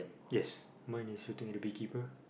yes mine is looking at the beekeeper